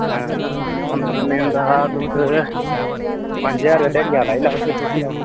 पंदरां दिन दा तुस पंज ज्हार रपेआ ध्याड़िया दा लाई लैओ फ्ही सोची लैओ